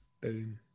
Boom